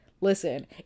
listen